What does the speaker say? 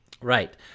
Right